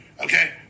okay